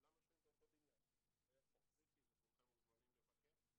כולם יושבים באותו בניין באיירפורט סיטי וכולכם מוזמנים לבקר.